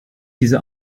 diese